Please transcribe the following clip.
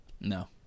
no